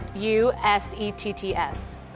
U-S-E-T-T-S